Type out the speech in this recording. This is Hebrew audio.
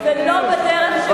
ולא בדרך שבה,